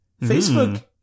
Facebook